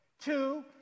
Two